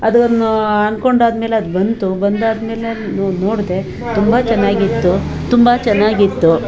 ಅದನ್ನು ಅಂದ್ಕೊಂಡಾದ್ಮೇಲೆ ಅದು ಬಂತು ಬಂದಾದಮೇಲೆ ನೋಡಿದೆ ತುಂಬ ಚೆನ್ನಾಗಿತ್ತು ತುಂಬ ಚೆನ್ನಾಗಿತ್ತು